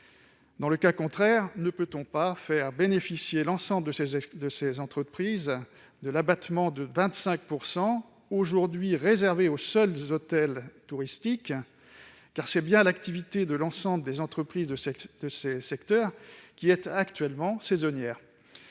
n'est pas retenue, ne peut-on pas faire bénéficier l'ensemble de ces entreprises de l'abattement de 25 % aujourd'hui réservé aux seuls hôtels touristiques ? C'est bien l'activité de l'ensemble des entreprises de ces secteurs qui est actuellement saisonnière.